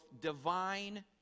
divine